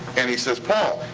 and he says, paul,